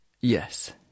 Yes